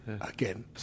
again